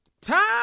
Time